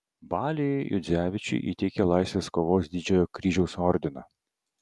baliui juodzevičiui įteikė laisvės kovos didžiojo kryžiaus ordiną